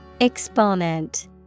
Exponent